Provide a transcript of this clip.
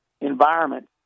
environment